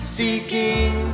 seeking